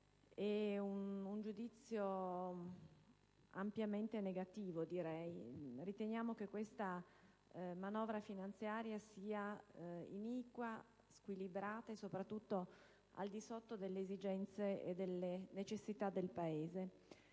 suo complesso è ampiamente negativo. Riteniamo che questa manovra finanziaria sia iniqua, squilibrata e soprattutto al di sotto delle esigenze e delle necessità del Paese,